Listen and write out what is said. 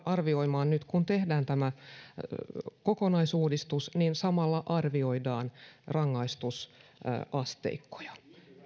arvioimaan nyt kun tehdään kokonaisuudistus samalla arvioidaan rangaistusasteikkoja